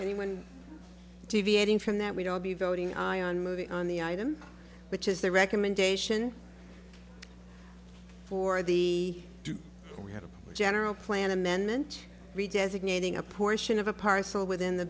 anyone deviating from that we'd all be voting i am moving on the item which is the recommendation for the we have a general plan amendment re designating a portion of a parcel within the